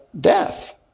death